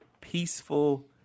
peaceful